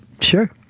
Sure